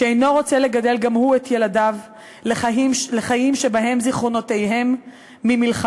שאינו רוצה לגדל גם הוא את ילדיו לחיים שבהם זיכרונותיהם ממלחמות